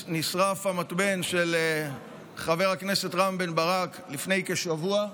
ונשרף המתבן של חבר הכנסת רם בן ברק לפני כשבוע,